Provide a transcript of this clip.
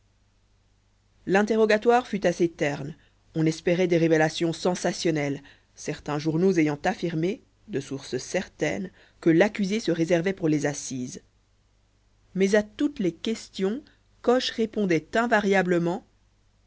l'interrogatoire fut assez terne on espérait des révélations sensationnelles certains journaux ayant affirmé de source certaine que l'accusé se réservait pour les assises mais à toutes les questions coche répondait invariablement